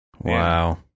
wow